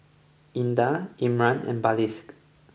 Indah Imran and Balqis